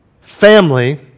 family